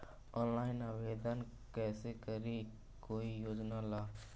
Online आवेदन कैसे करी कोई योजना ला?